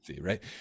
Right